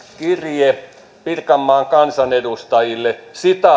kirje pirkanmaan kansanedustajille